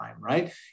right